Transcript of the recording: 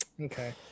okay